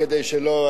כדי שלא,